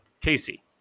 Casey